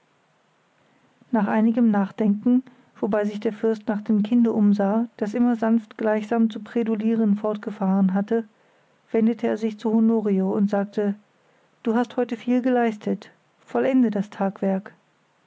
nach einigem nachdenken wobei sich der fürst nach dem kinde umsah das immer sanft gleichsam zu präludieren fortgefahren hatte wendete er sich zu honorio und sagte du hast heute viel geleistet vollende das tagwerk